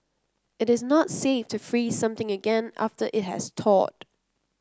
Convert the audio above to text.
it is not safe to freeze something again after it has thawed